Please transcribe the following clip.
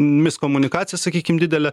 miskomunikacija sakykim didelė